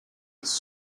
his